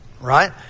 right